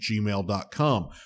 gmail.com